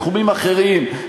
בתחומים אחרים,